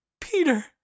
Peter